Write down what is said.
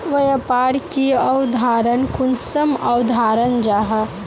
व्यापार की अवधारण कुंसम अवधारण जाहा?